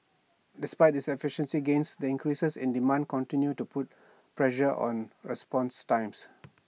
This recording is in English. despite these efficiency gains the increases in demand continue to put pressure on response times